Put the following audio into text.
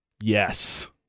yes